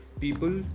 people